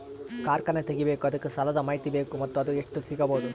ಕಾರ್ಖಾನೆ ತಗಿಬೇಕು ಅದಕ್ಕ ಸಾಲಾದ ಮಾಹಿತಿ ಬೇಕು ಮತ್ತ ಅದು ಎಷ್ಟು ಸಿಗಬಹುದು?